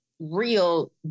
real